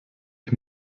ich